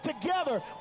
together